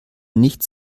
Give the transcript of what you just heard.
nicht